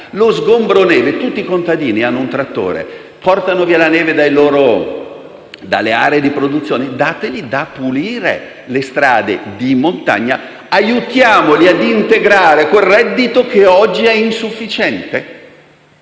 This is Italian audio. lo sgombero della neve, tutti i contadini hanno un trattore e portano via la neve dalle aree di produzione. Allora dategli l'incarico di pulire le strade di montagna. Aiutiamoli a integrare quel reddito che oggi è insufficiente.